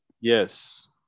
Yes